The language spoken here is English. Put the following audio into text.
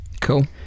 Cool